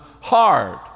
hard